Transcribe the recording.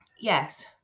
yes